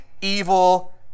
evil